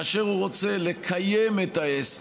כאשר הוא רוצה לקיים את העסק,